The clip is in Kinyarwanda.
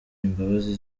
imbabazi